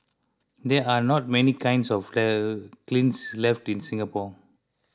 there are not many kinds of the kilns left in Singapore